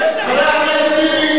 חבר הכנסת טיבי.